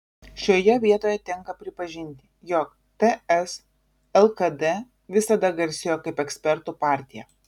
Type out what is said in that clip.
šioje vietoje tenka pripažinti jog ts lkd visada garsėjo kaip ekspertų partija